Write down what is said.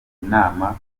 inama